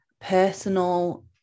personal